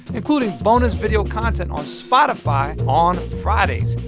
including bonus video content on spotify on fridays.